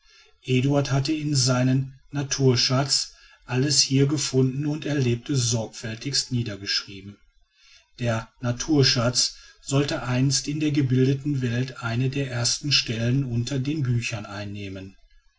eduard hatte in seinen naturschatz alles hier gefundene und erlebte sorgfältigst niedergeschrieben der naturschatz sollte einst in der gebildeten welt eine der ersten stellen unter den büchern einnehmen